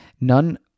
None